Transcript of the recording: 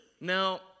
Now